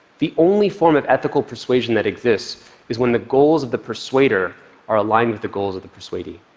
the only form of ethical persuasion that exists is when the goals of the persuader are aligned with the goals of the persuadee.